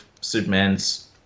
superman's